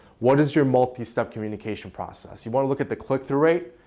what is your multi step communication process. you want to look at the click through rate,